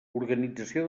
organització